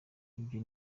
ibyo